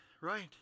right